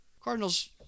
Cardinals